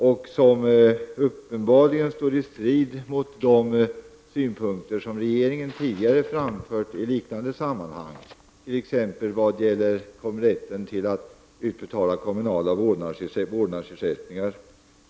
Dessa står uppenbarligen i strid med de synpunkter som regeringen tidigare framfört i liknande sammanhang, t.ex. när det gäller rätten att utbetala kommunala vårdnadsersättningar.